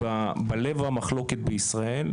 בלב המחלוקת בישראל,